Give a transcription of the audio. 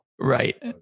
right